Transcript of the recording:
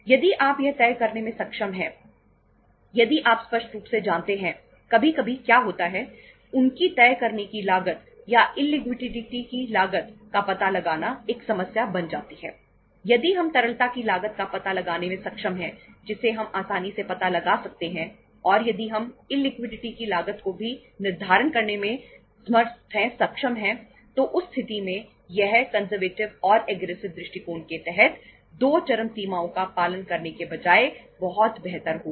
यदि आप यह तय करने में सक्षम हैं यदि आप स्पष्ट रूप से जानते है कभी कभी क्या होता है उनकी तय करने की लागत या इललिक्विडिटी दृष्टिकोण के तहत 2 चरम सीमाओं का पालन करने के बजाय बहुत बेहतर होगा